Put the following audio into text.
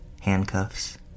handcuffs